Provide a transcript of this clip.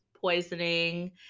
poisoning